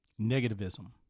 Negativism